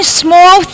small